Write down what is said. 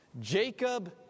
Jacob